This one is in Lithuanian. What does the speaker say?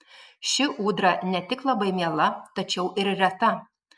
ši ūdra ne tik labai miela tačiau ir reta